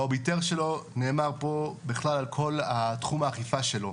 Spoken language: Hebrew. באוביטר שלו נאמר פה בכלל על כל תחום האכיפה שלו.